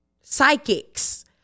Psychics